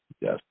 Yes